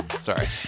sorry